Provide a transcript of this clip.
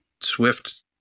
Swift